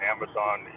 Amazon